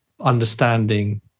understanding